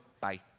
bye